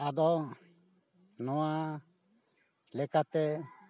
ᱟᱫᱚ ᱱᱚᱣᱟ ᱞᱮᱠᱟᱛᱮ